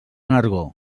nargó